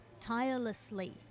tirelessly